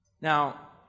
Now